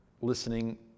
listening